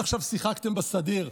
עד עכשיו שיחקתם בסדיר,